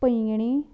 Poinguinim